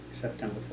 September